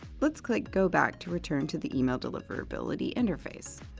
let's click go back to return to the email deliverability interface.